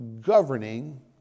governing